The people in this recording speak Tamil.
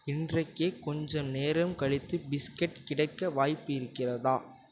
இன்றைக்கு கொஞ்சம் நேரம் கழித்து பிஸ்கட் கிடைக்க வாய்ப்பு இருக்கிறதா